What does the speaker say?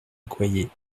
accoyer